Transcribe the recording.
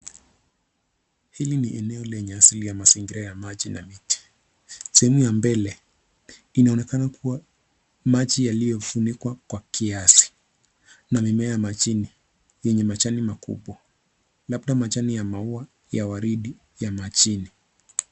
Hili ni eneo lenye asili ya mazingira ya maji na miti. Sehemu ya mbele inaonekana kuwa na maji yaliyofunikwa kwa kiasi na mimea ya majini yenye majani makubwa, labda majani ya maua ya waridi ya majini.